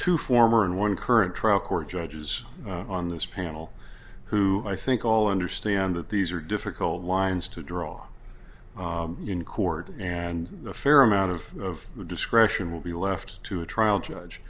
two former and one current trial court judges on this panel who i think all understand that these are difficult lines to draw in court and a fair amount of discretion will be left to a trial judge